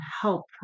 help